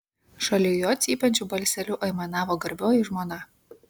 šalia jo cypiančiu balseliu aimanavo garbioji žmona